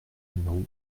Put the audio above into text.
numéro